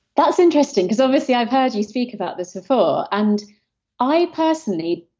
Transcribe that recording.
that's interesting because obviously i've heard you speak about this before, and i personally.